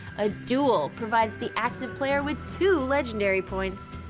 a duel provides the active player with two legendary points.